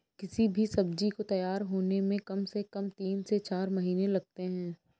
किसी भी सब्जी को तैयार होने में कम से कम तीन से चार महीने लगते हैं